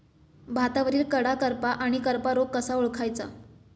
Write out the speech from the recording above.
भातावरील कडा करपा आणि करपा रोग कसा ओळखायचा?